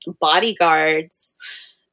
bodyguards